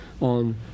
on